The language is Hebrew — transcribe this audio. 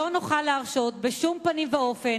לא נוכל להרשות בשום פנים ואופן